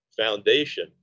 foundation